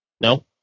No